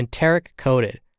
enteric-coated